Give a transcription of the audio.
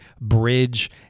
bridge